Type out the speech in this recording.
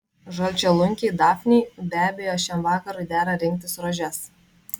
žalčialunkiai dafnei be abejo šiam vakarui dera rinktis rožes